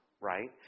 right